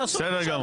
תעשו --- בסדר,